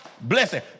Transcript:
blessing